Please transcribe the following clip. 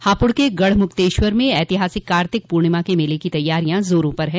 हापुड़ के गढ़मुक्तेश्वर में ऐतिहासिक कार्तिक पूर्णिमा के मेले की तैयारियां जोरो पर है